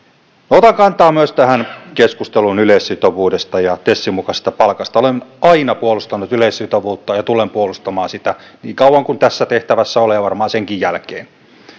otan kantaa myös tähän keskusteluun yleissitovuudesta ja tesin mukaisesta palkasta olen aina puolustanut yleissitovuutta ja tulen puolustamaan sitä niin kauan kuin tässä tehtävässä olen ja varmaan senkin jälkeen